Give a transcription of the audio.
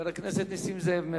חבר הכנסת נסים זאב,